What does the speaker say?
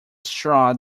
straw